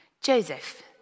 Joseph